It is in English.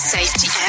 Safety